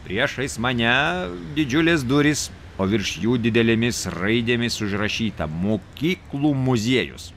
priešais mane didžiulės durys o virš jų didelėmis raidėmis užrašyta mokyklų muziejus